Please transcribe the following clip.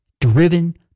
driven